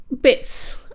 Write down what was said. bits